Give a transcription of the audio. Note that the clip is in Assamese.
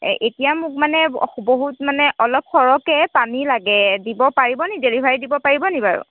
এতিয়া মোক মানে বহুত মানে অলপ সৰহকৈ পানী লাগে দিব পাৰিব নেকি ডেলিভাৰী দিব পাৰিব নেকি বাৰু